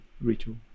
ritual